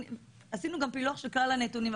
עשינו גם פילוח של כלל הנתונים,